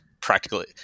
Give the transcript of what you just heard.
practically